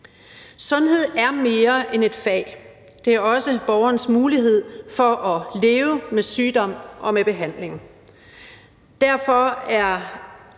Sundhed er mere end et fag; det et også borgerens mulighed for at leve med sygdom og med behandling.